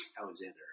Alexander